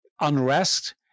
unrest